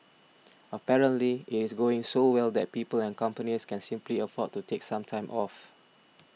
apparently it is going so well that people and companies can simply afford to take some time off